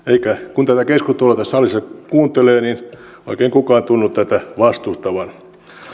kun tätä keskustelua tässä salissa kuuntelee niin oikein kukaan ei tunnu tätä vastustavan